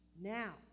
Now